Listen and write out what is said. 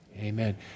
Amen